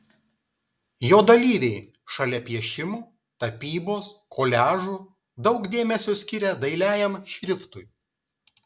jo dalyviai šalia piešimo tapybos koliažų daug dėmesio skiria dailiajam šriftui